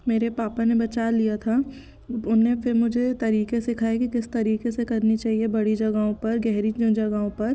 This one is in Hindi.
मेरे पापा ने बचा लिया था उनने फिर मुझे तरीके सिखाए कि किस तरीके से करनी चाहिए बड़ी जगहों पर गहरी जगहों पर